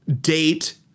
date